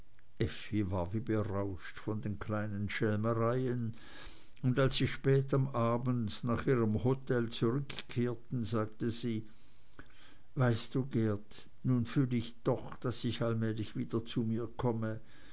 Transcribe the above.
wie berauscht von den kleinen schelmereien und als sie spät am abend nach ihrem hotel zurückkehrten sagte sie weißt du geert nun fühl ich doch daß ich allmählich wieder zu mir komme